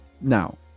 now